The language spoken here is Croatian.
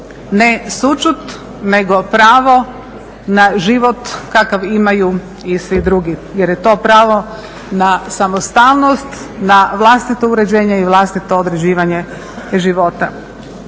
ne sućut nego pravo na život kakav imaju i svi drugi jer je to pravo na samostalnost, na vlastito uređenje i vlastito određivanje života.